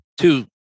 two